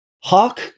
Hawk